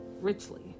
richly